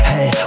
Hey